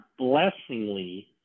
blessingly